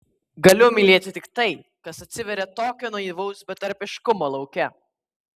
galiu mylėti tik tai kas atsiveria tokio naivaus betarpiškumo lauke